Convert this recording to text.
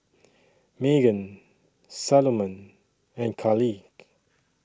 Magan Salomon and Carleigh